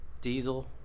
Diesel